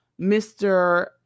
Mr